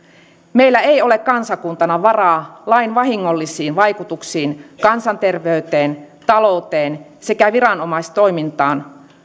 meillä ei ole kansakuntana varaa lain vahingollisiin vaikutuksiin kansanterveyteen talouteen sekä viranomaistoimintaan